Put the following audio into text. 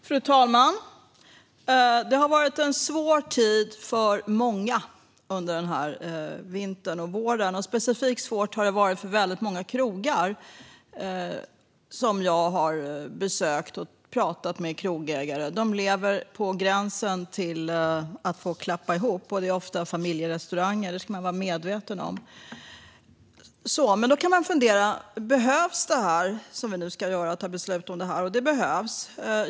Fru talman! Vintern och våren har varit en svår tid för många. Det har varit särskilt svårt för många krogar. Jag har besökt många krogar och pratat med krogägare. De är på gränsen till att klappa igen verksamheten. Det är ofta familjerestauranger - det ska man vara medveten om. Då kan man fundera över om det som vi nu ska ta beslut om behövs. Det behövs.